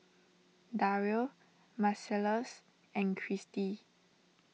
Dario Marcellus and Christy